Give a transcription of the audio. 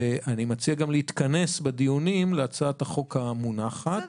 ואני מציע גם להתכנס בדיונים להצעת החוק המונחת --- בסדר,